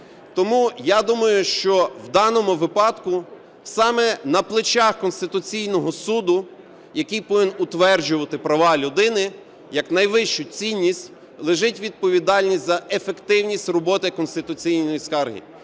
Тому я думаю, що в даному випадку саме на плечах Конституційного Суду, який повинен утверджувати права людини як найвищу цінність, лежить відповідальність за ефективність роботи конституційної скарги.